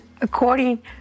according